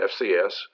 FCS